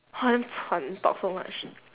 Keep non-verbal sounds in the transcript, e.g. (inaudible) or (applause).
(breath) damn 喘 talk so much